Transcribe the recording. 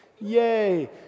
Yay